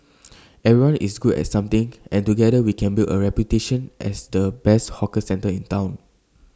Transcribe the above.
everyone is good at something and together we can build A reputation as the best 'hawker centre' in Town